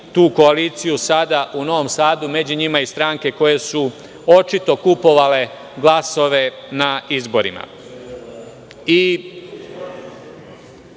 tu koaliciju sada u Novom Sadu. Među njima su i stranke koje su očito kupovale glasove na izborima. Možda